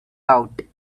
out